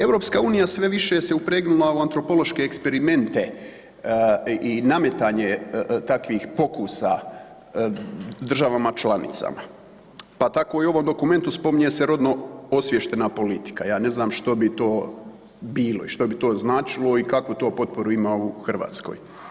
EU sve više se upregnula u antropološke eksperimente i nametanje takvih pokusa državama članicama, pa tako i u ovom dokumentu spominje se rodno osviještena politika, ja ne znam što bi to bilo i što bi to značilo i kakvu to potporu ima u Hrvatskoj.